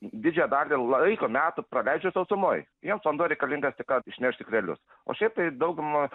didžiąją dalį laiko metų praleidžia sausumoj joms vanduo reikalingas tik kad išneršt ikrelius o šiaip tai dauguma